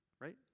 Right